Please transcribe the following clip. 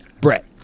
Brett